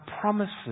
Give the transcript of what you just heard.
promises